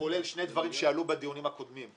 שני דברים שעלו בדיונים הקודמים,